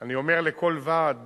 אני אומר לכל ועד.